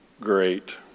great